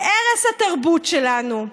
ערש התרבות שלנו,